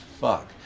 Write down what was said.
fuck